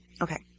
Okay